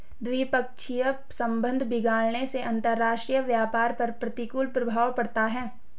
द्विपक्षीय संबंध बिगड़ने से अंतरराष्ट्रीय व्यापार पर प्रतिकूल प्रभाव पड़ता है